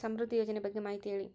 ಸಮೃದ್ಧಿ ಯೋಜನೆ ಬಗ್ಗೆ ಮಾಹಿತಿ ಹೇಳಿ?